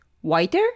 whiter